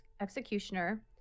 executioner